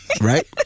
right